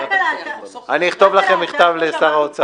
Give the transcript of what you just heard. אני אכתוב לכם מכתב לשר האוצר.